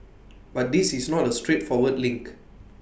but this is not A straightforward link